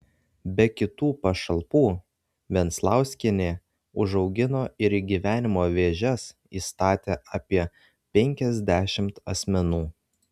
be kitų pašalpų venclauskienė užaugino ir į gyvenimo vėžes įstatė apie penkiasdešimt asmenų